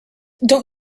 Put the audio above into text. don’t